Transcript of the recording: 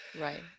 right